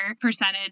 percentage